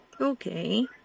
Okay